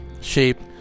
shape